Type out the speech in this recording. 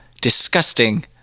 disgusting